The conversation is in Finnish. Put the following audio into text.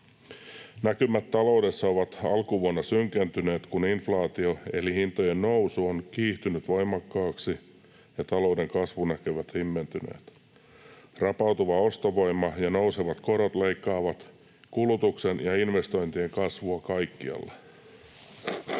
Näkymät taloudessa ovat alkuvuonna synkentyneet, kun inflaatio eli hintojen nousu on kiihtynyt voimakkaaksi ja talouden kasvunäkymät himmentyneet. Rapautuva ostovoima ja nousevat korot leikkaavat kulutuksen ja investointien kasvua kaikkialla.